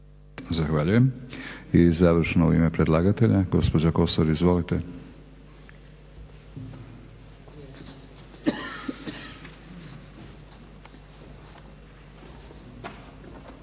Zahvaljujem. I završno u ime predlagatelja gospođa Kosor. Izvolite.